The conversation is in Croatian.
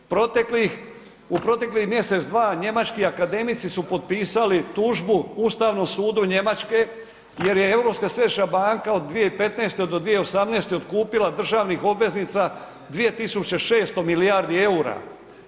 Proteklih, u proteklih mjesec, dva, njemački akademici su potpisali tužbu Ustavnom sudu Njemačke jer je Europska središnja banka od 2015. do 2018. otkupila državnih obveznica 2600 milijardi EUR-a.